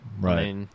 Right